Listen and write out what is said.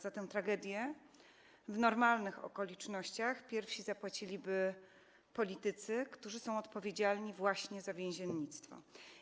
Za tę tragedię w normalnych okolicznościach pierwsi zapłaciliby politycy, którzy są odpowiedzialni właśnie za więziennictwo.